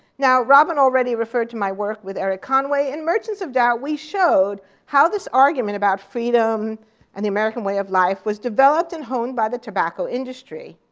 now, robin already referred to my work with erik conway. in merchants of doubt, we showed how this argument about freedom and the american way of life was developed and honed by the tobacco industry,